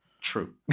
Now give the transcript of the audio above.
True